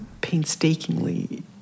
painstakingly